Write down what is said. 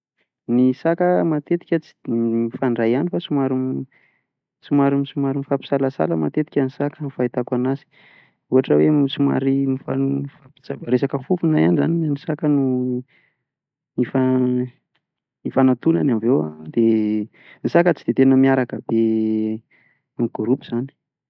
Ny saka matetika mifandray tsy de ihany fa somary mifampisalasala matetika ny saka raha ny fahitako azy ohatra hoe somary resaka fofona ihany izany ny saka no hifa- hifanantonany avy eo an. De ny saka tsy dia tena miaraka be en gropy izany.